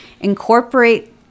incorporate